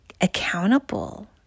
accountable